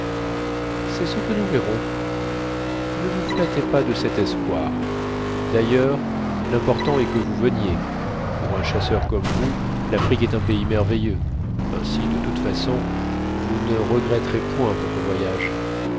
c'est ce que nous verrons ne vous flattez pas de cet espoir d'ailleurs l'important est que vous veniez pour un chasseur comme vous l'afrique est un pays merveilleux ainsi de toute façon vous ne regretterez point votre voyage